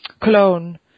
Cologne